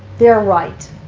they're right.